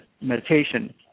meditation